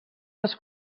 les